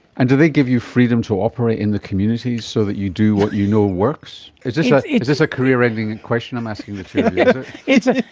and do they give you freedom to operate in the communities so that you do what you know works? is this is this a career-ending and question i'm asking you two? ah